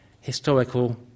historical